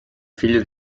figlio